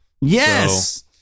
Yes